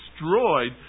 destroyed